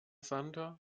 santer